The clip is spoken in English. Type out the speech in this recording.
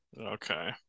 Okay